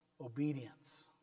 obedience